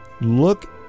look